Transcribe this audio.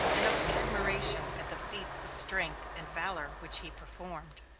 and of admiration at the feats of strength and valor which he performed.